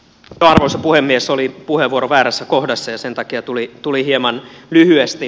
arvoisa puhemies oli puheenvuoro väärässä kohdassa ja sen takia tuli tuli hieman lyhyesti